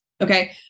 Okay